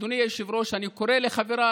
אדוני היושב-ראש, אני קורא לחבריי,